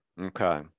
Okay